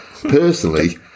Personally